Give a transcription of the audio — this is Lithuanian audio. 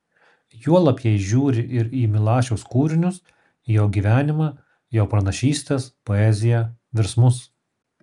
juolab jei žiūri ir į milašiaus kūrinius į jo gyvenimą jo pranašystes poeziją virsmus